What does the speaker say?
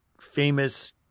famous